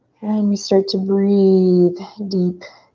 and we start to breathe deep.